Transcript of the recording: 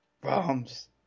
bombs